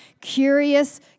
curious